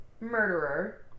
murderer